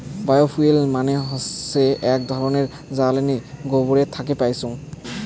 bio fuel মানে হৈসে আক ধরণের জ্বালানী গোবরের থুই পাইচুঙ